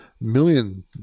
million